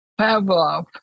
Pavlov